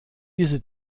diese